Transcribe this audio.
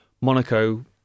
Monaco